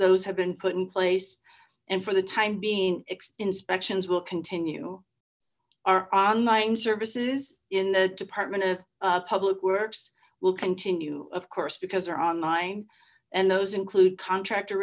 those have been put in place and for the time being inspections will continue our online services in the department of public works will continue of course because they're online and those include contractor